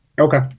Okay